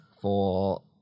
for-